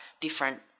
different